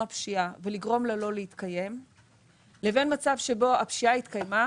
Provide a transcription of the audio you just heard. פשיעה ולגרום לה לא להתקיים לבין מצב שבו הפשיעה התקיימה,